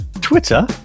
Twitter